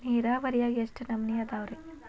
ನೇರಾವರಿಯಾಗ ಎಷ್ಟ ನಮೂನಿ ಅದಾವ್ರೇ?